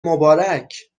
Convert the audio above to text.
مبارک